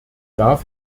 darf